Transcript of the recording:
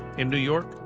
in new york,